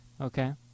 okay